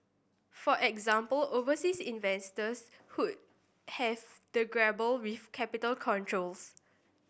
for example overseas investors would have to grapple with capital controls